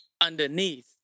underneath